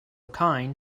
kind